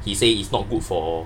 he say it's not good for